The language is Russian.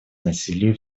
насилию